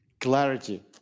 clarity